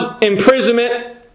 imprisonment